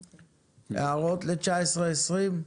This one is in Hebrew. הערות ל-19, 20?